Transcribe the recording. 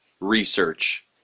research